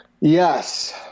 Yes